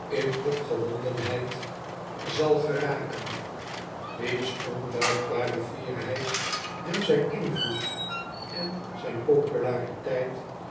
in opgewondenheid zal geraken wiens onbuigbare fierheid hem zijn invloed en zijn populariteit